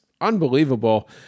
unbelievable